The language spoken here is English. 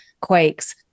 quakes